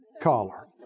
collar